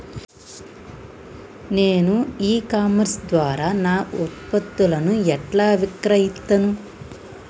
నేను e commerce ద్వారా నా ఉత్పత్తులను ఎట్లా విక్రయిత్తను?